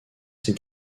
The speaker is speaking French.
ses